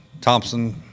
Thompson